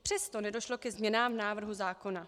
Přesto nedošlo ke změnám návrhu zákona.